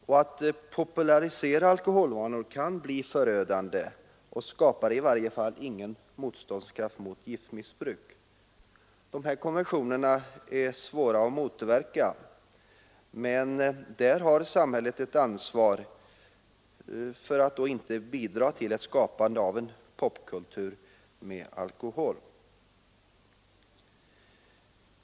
Att man populariserar alkoholvanorna kan bli förödande, och det skapar i varje fall ingen motståndskraft mot giftmissbruk. Dessa konventioner är svåra att motverka, men här har samhället ansvaret att inte bidra till skapandet av en pop-kultur med alkohol.